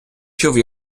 чув